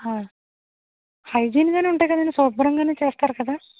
హ హైజిన్ గానే ఉంటాయి కదండి శుభ్రంగానే చేస్తారు కదా